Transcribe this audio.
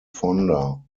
fonda